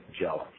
jealous